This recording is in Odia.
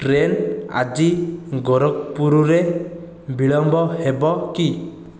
ଟ୍ରେନ୍ ଆଜି ଗୋରଖପୁରରେ ବିଳମ୍ବ ହେବ କି